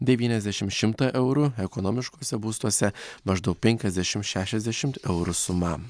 devyniasdešim šimtą eurų ekonomiškose būstuose maždaug penkiasdešim šešiasdešimt eurų suma